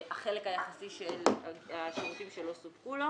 החלק היחסי של השירותים שלא סופקו לו.